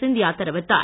சிந்தியா தெரிவித்தார்